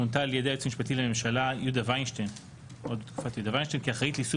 מונתה על ידי היועץ המשפטי לממשלה יהודה וינשטיין כאחראית ליישום